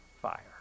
fire